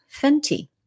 Fenty